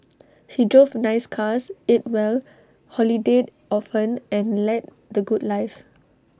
he drove nice cars ate well holidayed often and led the good life